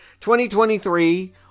2023